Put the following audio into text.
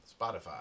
Spotify